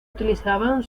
utilizaban